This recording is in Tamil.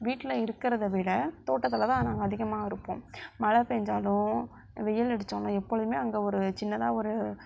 வீட்டில இருக்கிறத விட தோட்டத்தில் தான் நாங்க அதிகமா இருப்போம் மழை பெஞ்சாலும் வெயில் அடித்தாலும் எப்பொழுதுமே அங்கே ஒரு சின்னதாக ஒரு